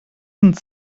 sind